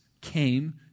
came